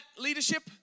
leadership